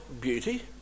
beauty